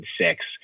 six